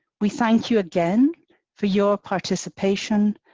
we thank you again for your participation,